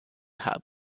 hub